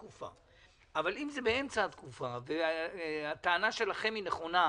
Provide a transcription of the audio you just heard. אבל אם זה באמצע התקופה והטענה שלכם נכונה,